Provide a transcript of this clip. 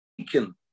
taken